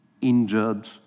injured